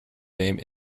dame